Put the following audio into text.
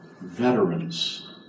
Veterans